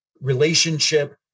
relationship